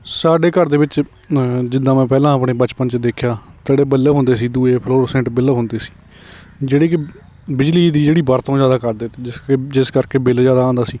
ਸਾਡੇ ਘਰ ਦੇ ਵਿੱਚ ਜਿੱਦਾਂ ਮੈਂ ਪਹਿਲਾਂ ਆਪਣੇ ਬਚਪਨ 'ਚ ਦੇਖਿਆ ਜਿਹੜੇ ਬਲਬ ਹੁੰਦੇ ਸੀ ਦੂਜੇ ਫਲੋਰਸੈਂਟ ਬਲਬ ਹੁੰਦੇ ਸੀ ਜਿਹੜੇ ਕਿ ਬਿਜਲੀ ਦੀ ਜਿਹੜੀ ਵਰਤੋਂ ਜ਼ਿਆਦਾ ਕਰਦੇ ਜਿਸ ਕਰਕੇ ਜਿਸ ਕਰਕੇ ਬਿੱਲ ਜ਼ਿਆਦਾ ਆਉਂਦਾ ਸੀ